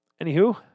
Anywho